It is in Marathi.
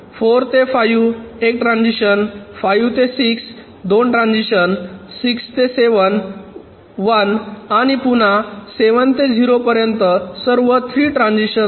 4 ते 5 1 ट्रान्झिशन 5 ते 6 2 ट्रान्झिशन 6 ते 7 1 आणि पुन्हा 7 ते 0 पर्यंत सर्व 3 ट्रांझिशन्स